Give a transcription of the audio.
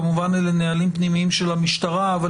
כמובן אלה נהלים פנימיים של המשטרה אבל